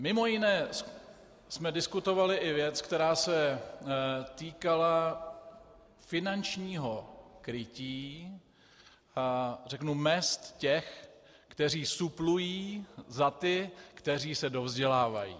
Mimo jiné jsme diskutovali i věc, která se týkala finančního krytí, řeknu, mezd těch, kteří suplují za ty, kteří se dovzdělávají.